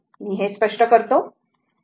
मी हे स्पष्ट करते